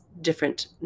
different